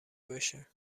باشه